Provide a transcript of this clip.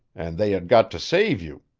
and they had got to save you.